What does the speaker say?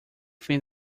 thing